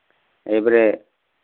ᱮᱭ ᱵᱟᱨᱮ